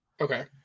Okay